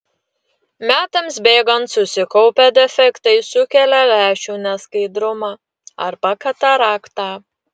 metams bėgant susikaupę defektai sukelia lęšių neskaidrumą arba kataraktą